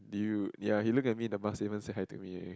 dude ya he look at me the mask even say hi to me already